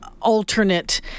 alternate